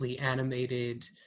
animated